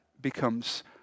becomes